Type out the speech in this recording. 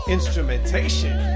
Instrumentation